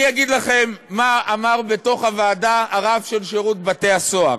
אני אגיד לכם מה אמר בישיבת הוועדה הרב של שירות בתי-הסוהר.